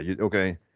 Okay